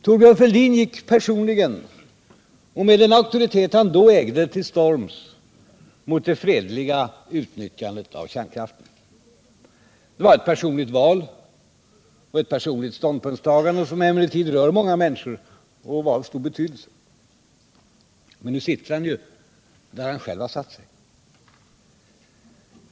Thorbjörn Fälldin gick personligen och med den auktoritet han då ägde till storms mot det fredliga utnyttjandet av kärnkraften. Det var ett personligt val och ett personligt ståndpunktstagande, som emellertid rörde många människor och var av stor betydelse. Men nu sitter han där han själv har satt sig.